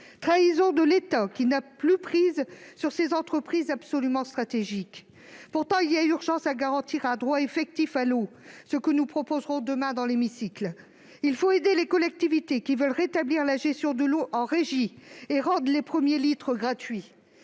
trahison de l'État, qui n'a plus prise sur ces entreprises absolument stratégiques. Il y a pourtant urgence à garantir un droit effectif à l'eau, comme nous le proposerons demain dans cet hémicycle. Il faut aider les collectivités qui veulent rétablir la gestion de l'eau en régie et rendre les premiers litres gratuits.